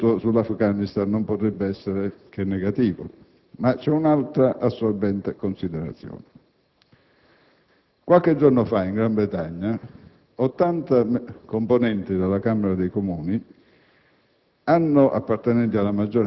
Da questo punto di vista, il mio voto sull'Afghanistan non potrebbe essere che negativo. Ma c'è un'altra-assorbente-considerazione. Qualche giorno fa, in Gran Bretagna, 80 componenti della Camera dei Comuni